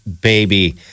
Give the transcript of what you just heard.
baby